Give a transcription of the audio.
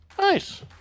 Nice